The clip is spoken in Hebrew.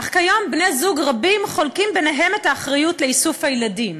אך כיום בני-זוג רבים חולקים ביניהם את האחריות לאיסוף הילדים.